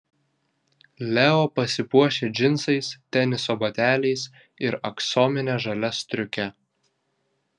leo pasipuošia džinsais teniso bateliais ir aksomine žalia striuke